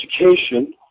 education